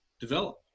develop